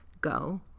go